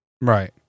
Right